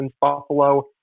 Buffalo